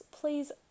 please